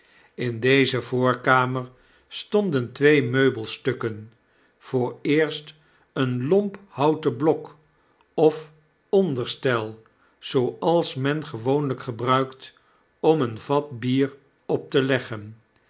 in deze voorkamer stonden twee meubelstukken vooreerst een lomp houten blok of onderstel zooals men gewoonlyk gebruikt om een vat bier op te leggen